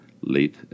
late